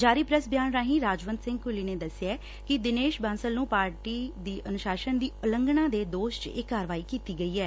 ਜਾਰੀ ਪ੍ਰੈੱਸ ਬਿਆਨ ਰਾਹੀ ਰਾਜਵੰਤ ਸਿੰਘ ਘੁੱਲੀ ਨੇ ਦੱਸਿਆ ਕਿ ਦਿਨੇਸ਼ ਬਾਂਸਲ ਨੁੰ ਪਾਰਟੀ ਅਨੁਸ਼ਾਸਨ ਦੀ ਉਲੰਘਣਾ ਦੇ ਦੋਸ਼ ਚ ਇਹ ਕਾਰਵਾਈ ਕੀਤੀ ਗਈ ਐ